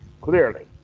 clearly